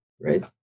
right